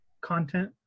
content